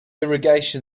irrigation